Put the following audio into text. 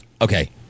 Okay